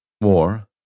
war